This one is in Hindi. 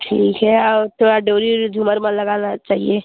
ठीक है और थोड़ा डोरी ओरी झूमर ऊमर लगा चाहिए